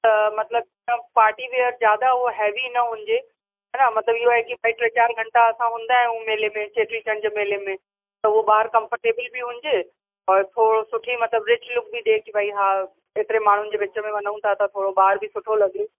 त मतिलबु जीअं पाटी वियर ज़्यादा उहो हैवी न हुजे है न मतिलबु इहो आहे कि टे चार घंटा असां हूंदा आहियूं मेले में चेटीचंड जे मेले में त उहो ॿार कम्फरटेबली बि हुजे और थोरो सुठी मतिलबु रिच लुक बि ॾे कि भई हा एतिरे माण्हुनि जे विच में वञऊं था त थोरो ॿार बि सुठो लॻे